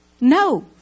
No